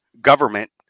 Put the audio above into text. government